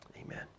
Amen